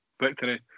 victory